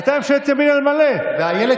והדבר השני,